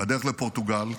בדרך לפורטוגל,